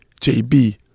JB